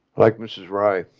like misses right.